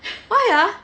why ah